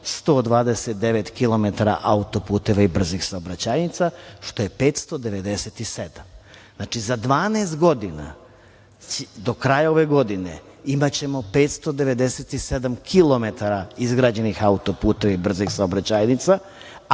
autoputeva i brzih saobraćajnica što je 597. Znači, za 12 godina, do kraja ove godine, imaćemo 597 kilometara izgrađenih autoputeva i brzih saobraćajnica,